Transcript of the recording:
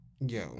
Yo